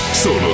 Solo